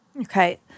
Okay